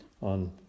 on